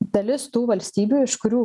dalis tų valstybių iš kurių